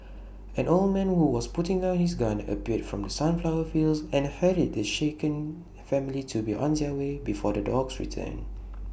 an old man who was putting down his gun appeared from the sunflower fields and hurried the shaken family to be on their way before the dogs return